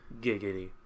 Giggity